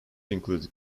included